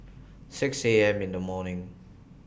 six A M in The morning